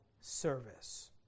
service